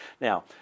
Now